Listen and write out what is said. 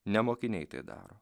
ne mokiniai tai daro